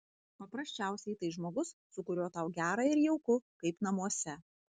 paprasčiausiai tai žmogus su kuriuo tau gera ir jauku kaip namuose